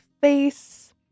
face